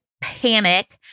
panic